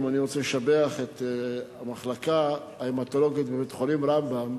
ואני רוצה לשבח את המחלקה ההמטולוגית בבית-החולים "רמב"ם",